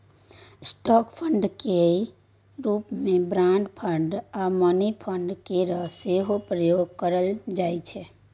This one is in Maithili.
स्टॉक फंड केर रूप मे बॉन्ड फंड आ मनी फंड केर सेहो प्रयोग करल जाइ छै